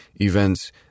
events